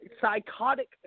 psychotic